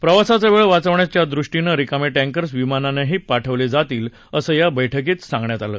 प्रवासाचा वेळ वाचवण्याच्या दृष्टीने रिकामे टँकर्स विमानानेही पाठवले जातील असं या बैठकीत सांगण्यात आलं